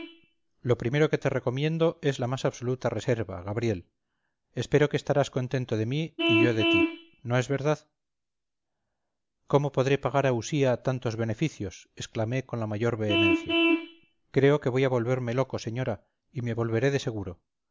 lo primero que te recomiendo es la más absoluta reserva gabriel espero que estarás contento de mí y yo de ti no es verdad cómo podré pagar a usía tantos beneficios exclamé con la mayor vehemencia creo que voy a volverme loco señora y me volveré de seguro